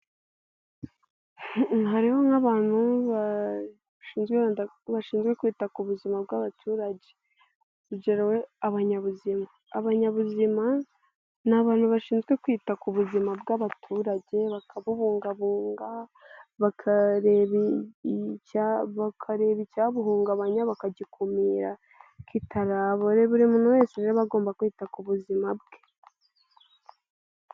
Hariho nk'abantu bashinzwe bashinzwe kwita ku buzima bw'abaturage, urugero abanyabuzima. Abanyabuzima ni abantu bashinzwe kwita ku buzima bw'abaturage bakabubungabunga, bakareba icyabuhungabanya, bakagikumira kitaraba. Buri muntu wese rero agomba kwita ku buzima bwe.